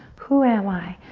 who am i?